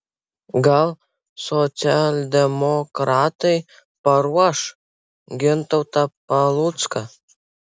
gal socialdemokratai paruoš gintautą palucką